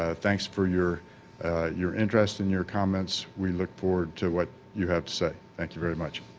ah thanks for your your interest and your comments we look forward to what you have to say. thank you very much.